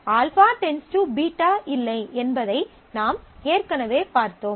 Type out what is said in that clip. α → β இல்லை என்பதை நாம் ஏற்கனவே பார்த்தோம்